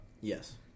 Yes